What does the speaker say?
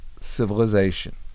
civilization